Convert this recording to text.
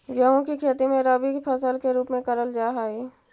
गेहूं की खेती रबी फसल के रूप में करल जा हई